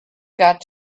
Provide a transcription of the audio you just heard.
got